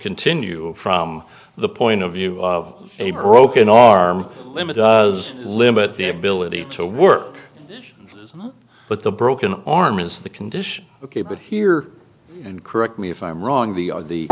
continue from the point of view of a broken arm limit does limit the ability to work but the broken arm is the condition ok but here and correct me if i'm wrong the are the